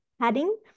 padding